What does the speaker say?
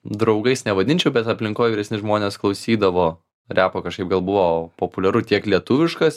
draugais nevadinčiau bet aplinkoj vyresni žmonės klausydavo repo kažkaip gal buvo populiaru tiek lietuviškas